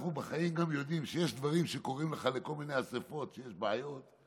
אנחנו יודעים בחיים שיש דברים שקוראים לך לכל מיני אספות כשיש בעיות,